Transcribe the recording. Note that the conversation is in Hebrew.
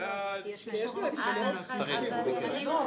אתה צריך לספור.